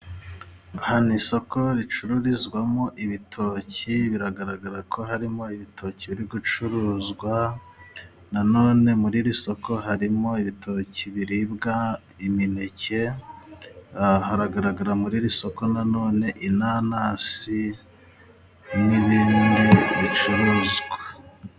Aha ni isoko ricururizwamo ibitoki, biragaragara ko harimo ibitoki biri gucuruzwa, nanone muri iri soko harimo ibitoki biribwa, imineke, hagaragara muri iri soko nanone inanasi n'ibindi bicuruzwa.